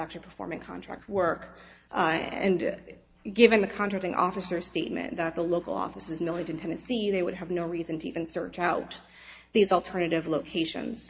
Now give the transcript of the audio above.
actually performing contract work and given the contradict officer statement that the local offices millington tennessee they would have no reason to even search out these alternative locations